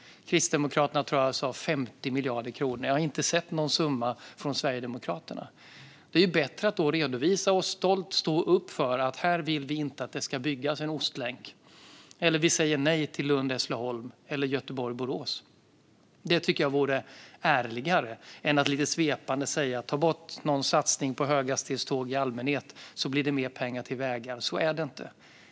Kristdemokraterna tar bort 50 miljarder kronor. Jag har inte sett någon summa från Sverigedemokraterna. Det är bättre att redovisa detta och stolt stå upp för att man inte vill att Ostlänken ska byggas eller att man säger nej till Lund-Hässleholm eller Göteborg-Borås. Det tycker jag vore ärligare än att lite svepande säga: "Ta bort en satsning på höghastighetståg i allmänhet, så blir det mer pengar till vägar!" Så är det inte.